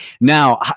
Now